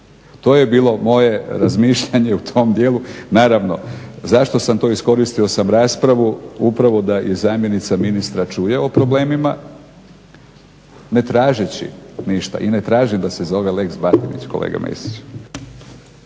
To je bilo moje razmišljanje u tom dijelu. Naravno zašto sam to iskoristio sam raspravu upravo da i zamjenica ministra čuje o problemima ne tražeći ništa i ne tražim da se zove lex Batinić kolega Mesiću.